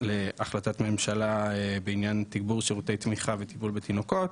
להחלטת ממשלה בעניין תגבור שירותי תמיכה וטיפול בתינוקות,